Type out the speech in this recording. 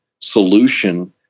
solution